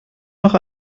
noch